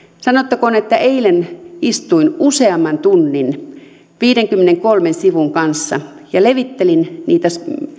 sanottakoon että eilen istuin useamman tunnin viidenkymmenenkolmen sivun kanssa ja levittelin niitä